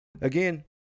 again